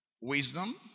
Wisdom